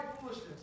foolishness